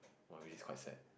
!wow! really quite sad